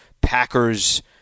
Packers –